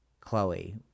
Chloe